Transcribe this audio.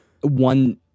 one